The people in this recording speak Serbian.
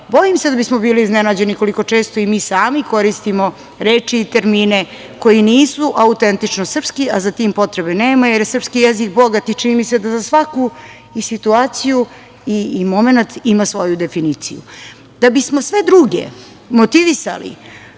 bojim se da bi bili iznenađeni koliko često i mi sami koristimo reči i termine koji nisu autentično srpski, a za tim potrebe nema, jer je srpski jezik bogat i čini mi se da za svaku i situaciju i momenat ima svoju definiciju. Da bismo sve druge motivisali